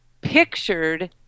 pictured